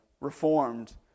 reformed